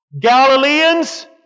Galileans